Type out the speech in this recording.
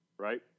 right